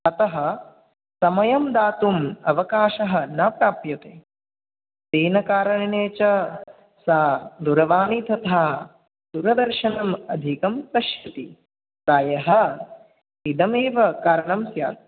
अतः समयं दातुम् अवकाशः न प्राप्यते तेन कारणेन च सा दूरवाणीं तथा दूरदर्शनम् अधिकं पश्यति प्रायः इदमेव कारणं स्यात्